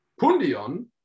pundion